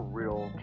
real